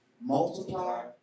multiply